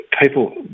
People